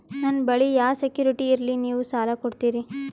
ನನ್ನ ಬಳಿ ಯಾ ಸೆಕ್ಯುರಿಟಿ ಇಲ್ರಿ ನೀವು ಸಾಲ ಕೊಡ್ತೀರಿ?